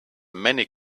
many